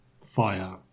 Fire